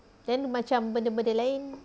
then macam benda-benda lain